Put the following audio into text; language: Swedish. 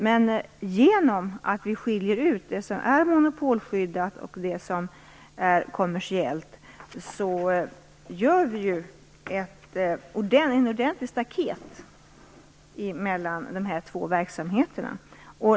Men eftersom vi skiljer ut det som är monopolskyddat och det som är kommersiellt gör vi ett ordentligt staket mellan dessa två verksamheter.